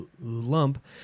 lump